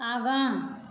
आगाँ